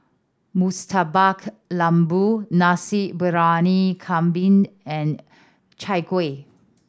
Murtabak Lembu Nasi Briyani Kambing and Chai Kueh